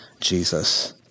Jesus